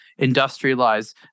industrialize